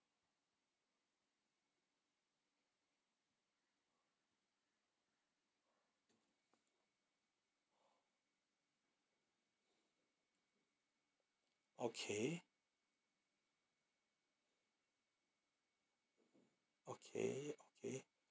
okay okay okay